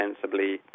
sensibly